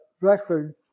record